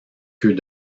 queues